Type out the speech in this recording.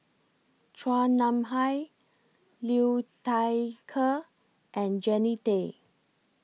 Chua Nam Hai Liu Thai Ker and Jannie Tay